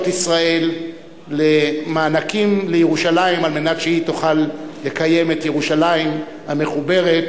ישראל למענקים לירושלים כדי שהיא תוכל לקיים את ירושלים המחוברת,